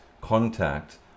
contact